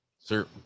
sir